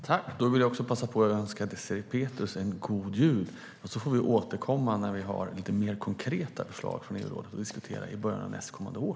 Fru talman! Jag önskar Désirée Pethrus en god jul. Vi får återkomma när vi har lite mer konkreta förslag från EU-rådet att diskutera i början av nästa år.